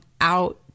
out